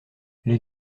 les